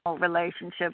relationship